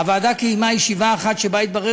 הוועדה קיימה ישיבה אחת שבה שהתברר